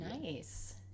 nice